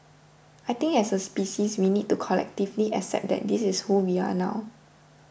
I think as a species we need to collectively accept that this is who we are now